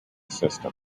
system